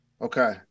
Okay